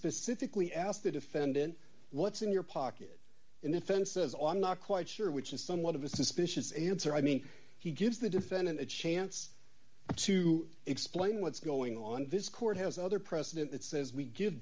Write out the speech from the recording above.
specifically asked the defendant what's in your pocket in offenses on not quite sure which is somewhat of a suspicious answer i mean he gives the defendant a chance to explain what's going on in this court has other precedent that says we give